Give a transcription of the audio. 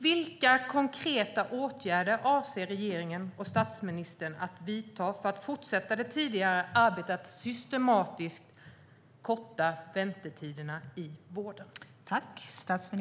Vilka konkreta åtgärder avser regeringen och statsministern att vidta för att fortsätta det tidigare arbetet att systematiskt korta väntetiderna i vården?